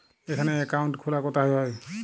এখানে অ্যাকাউন্ট খোলা কোথায় হয়?